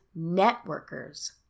networkers